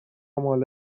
مال